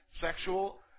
sexual